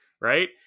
Right